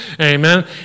Amen